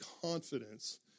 confidence